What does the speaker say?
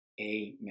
amen